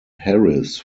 harris